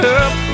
up